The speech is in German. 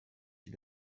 die